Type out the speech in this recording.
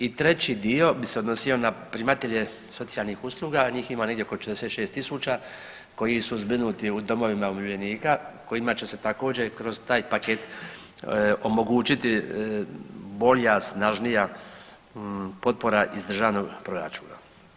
I treći dio bi se odnosio na primatelje socijalnih usluga, a njih ima negdje oko 46.000 koji su zbrinuti u domovima umirovljenika kojima će se također kroz taj paket omogućiti bolja, snažnija potpora iz državnog proračuna.